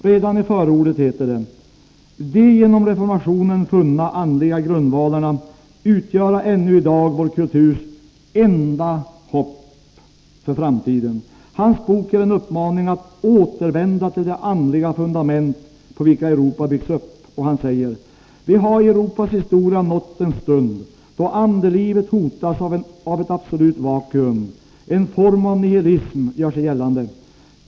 Redan i förordet heter det: ”De genom reformationen funna andliga grundvalarna utgöra ännu i dag vår kulturs enda hopp för framtiden.” Hans bok är en uppmaning att ”återvända till de andliga fundament, på vilka Europa byggts upp”. Han säger: ”Vi har i Europas historia nått den stund då andelivet hotas av ett absolut vakuum, en form av nihilism gör sig gällande.